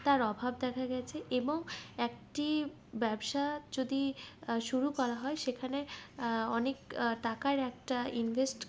তার অভাব দেখা গেছে এবং একটি ব্যবসা যদি শুরু করা হয় যেখানে অনেক টাকার একটা ইনভেস্ট